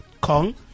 Kong